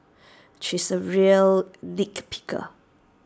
he is A real nit picker